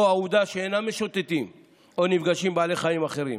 העובדה שאינם משוטטים או נפגשים עם בעלי חיים אחרים.